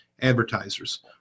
advertisers